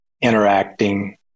interacting